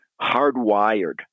hardwired